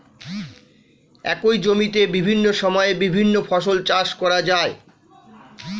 একই জমিতে বিভিন্ন সময়ে বিভিন্ন ফসল চাষ করা যায়